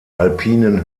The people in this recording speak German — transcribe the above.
alpinen